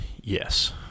yes